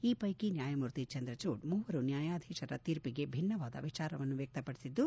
ಈ ಪೈಕಿ ನ್ನಾಯಮೂರ್ತಿ ಚಂದ್ರಚೂಡ್ ಮೂವರು ನ್ಯಾಯಾಧೀಶರ ತೀರ್ಪಿಗೆ ಭಿನ್ನವಾದ ವಿಚಾರವನ್ನು ವ್ಯಕ್ತಪಡಿಸಿದ್ದು